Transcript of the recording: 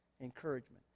encouragement